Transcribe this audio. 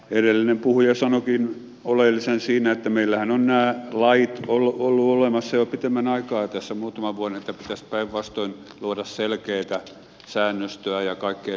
edellinen puhuja sanoikin oleellisen siinä että meillähän ovat nämä lait olleet olemassa jo pitemmän aikaa muutaman vuoden että pitäisi päinvastoin luoda selkeätä säännöstöä ja kaikkea tämmöistä